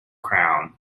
crown